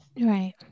Right